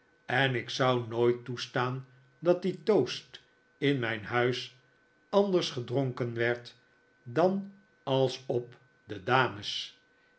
en ik zou nooit toestaan dat die toast in mijn huis anders gedronken werd dan als op de dames